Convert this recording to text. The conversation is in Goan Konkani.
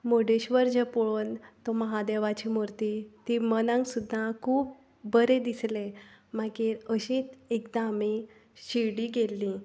मुर्डेश्र्वर जें पळोवन ती म्हादेवाची मुर्ती ती मनाक सुद्दां खूब बरें दिसलें मागीर अशींच एकदां आमी शिर्डी गेल्लीं